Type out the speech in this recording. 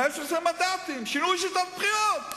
15 מנדטים, שינוי שיטת בחירות,